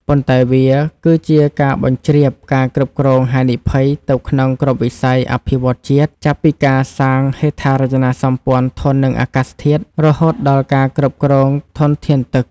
ប៉ុន្តែវាគឺជាការបញ្ជ្រាបការគ្រប់គ្រងហានិភ័យទៅក្នុងគ្រប់វិស័យអភិវឌ្ឍន៍ជាតិ ចាប់ពីការសាងសង់ហេដ្ឋារចនាសម្ព័ន្ធធន់នឹងអាកាសធាតុ រហូតដល់ការគ្រប់គ្រងធនធានទឹក។